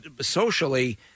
socially